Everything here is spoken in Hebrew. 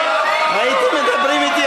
הייתם מדברים אתי,